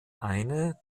eine